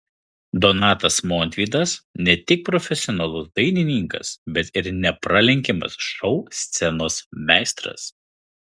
donatas montvydas ne tik profesionalus dainininkas bet ir nepralenkiamas šou scenos meistras